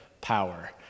power